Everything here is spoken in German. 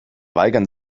weigern